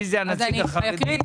מי החרדי.